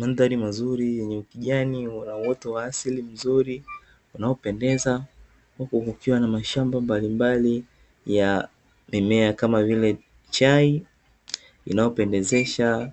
Madhari mazuri yenye kijani, wenye uoto wa asili mzuri unaopendeza, huku kukiwa na mashamba mbalimbali ya mimea kama vile chai, inayopendeza